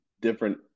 different